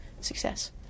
success